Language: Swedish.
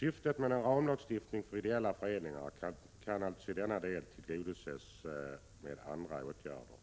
Syftet med en ramlagstiftning för ideella föreningar kan i denna del tillgodoses med andra åtgärder.